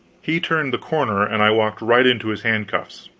he turned the corner and i walked right into his handcuffs.